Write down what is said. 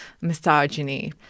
misogyny